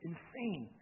insane